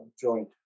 joint